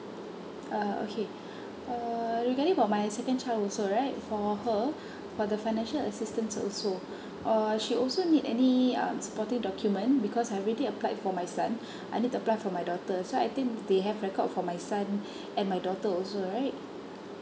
uh okay uh regarding for my second child also right for her for the financial assistance also uh she also need any um supporting document because I've already applied for my son I need to apply for my daughter so I think they have record for my son and my daughter also right